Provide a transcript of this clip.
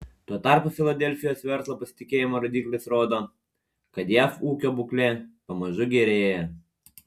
tuo tarpu filadelfijos verslo pasitikėjimo rodiklis rodo kad jav ūkio būklė pamažu gerėja